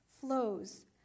flows